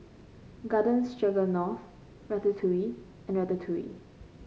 Garden Stroganoff Ratatouille and Ratatouille